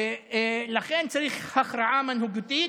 ולכן צריך הכרעה מנהיגותית,